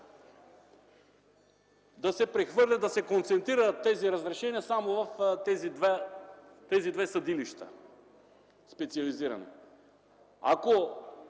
да се прехвърля, да се концентрират тези разрешения само в тези две специализирани